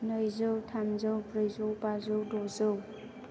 नैजौ थामजौ ब्रैजौ बाजौ द'जौ